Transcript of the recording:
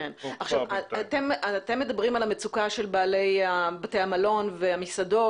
אתם מדברים על המצוקה של בעלי בתי המלון והמסעדות,